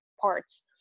parts